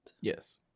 Yes